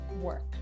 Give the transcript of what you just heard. work